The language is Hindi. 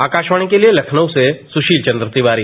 आकाशवाणी के लिए लखनऊ से सुशील चंद्र तिवारी